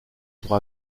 pour